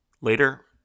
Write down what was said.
later